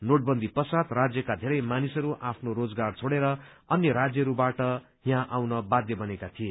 नोटबन्दी पश्चात राज्यका धेरै मानिसहरू आफ्नो रोजगार छोडेर अन्य राज्यहरूबाट यहाँ आउन बाध्य बनेका थिए